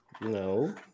No